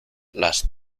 las